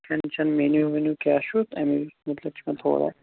کھیٚن چیٚن میٚنیٛوٗ ویٚنیٛوٗ کیٛاہ چھُ تَمے مُتعلِق چھُ مےٚ تھوڑا